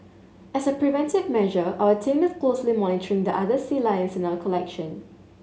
as a preventive measure our team is closely monitoring the other sea lions in our collection